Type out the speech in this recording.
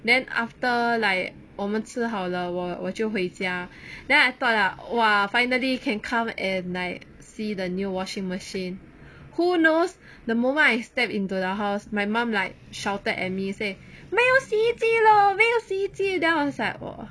then after like 我们吃好了我我就回家 then I thought like !wah! finally can come at like see the new washing machine who knows the moment I step into the house my mum like shouted at me say 没有洗衣机咯没有洗衣机 then I was like what